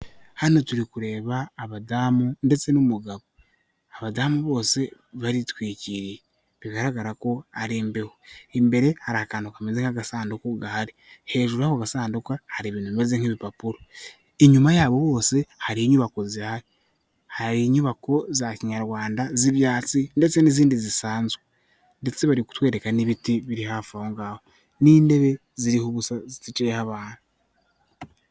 Hano turi kureba abadamu ndetse n'umugabo, abadamu bose baritwi bigaragara ko hari imbeho imbere hari akantu kameze nk'agasanduku gahari hejuru y'agasanduku hari ibintu bimeze nk'ibipapuro inyuma yabo bose hari inyubako za kinyarwanda z'ibyatsi ndetse n'izindi zisanzwe ndetse bari kutwereka n'ibiti birihafunga n'intebe ziriho ubusa zitukeyeho abantu.